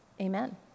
Amen